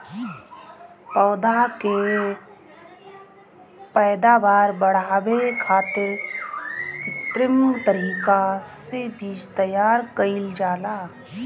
पौधा के पैदावार बढ़ावे खातिर कित्रिम तरीका से बीज तैयार कईल जाला